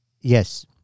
Yes